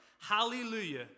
hallelujah